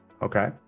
Okay